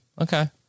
Okay